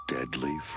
Deadly